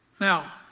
Now